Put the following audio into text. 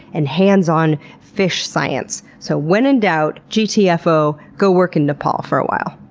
and hands-on fish science. so when in doubt, gtfo. go work in nepal for a while.